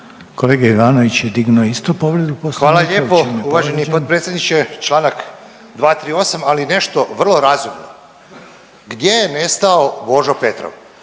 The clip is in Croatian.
**Ivanović, Goran (HDZ)** Hvala lijepo uvaženi potpredsjedniče. Članak 238. ali nešto vrlo razumno. Gdje je nestao Božo Petrov?